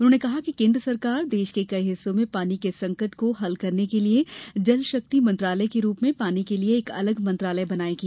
उन्होंने कहा कि केंद्र सरकार देश के कई हिस्सों में पानी के संकट को हल करने के लिए जल शक्ति मंत्रालय के रूप में पानी के लिए एक अलग मंत्रालय बनाएगी